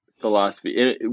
philosophy